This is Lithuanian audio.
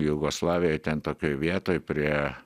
jugoslavijoj ten tokioj vietoj prie